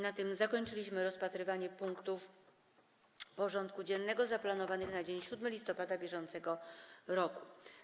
Na tym zakończyliśmy rozpatrywanie punktów porządku dziennego zaplanowanych na dzień 7 listopada br.